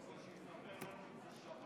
קודם כול שיספר לנו